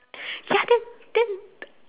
ya then then